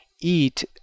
eat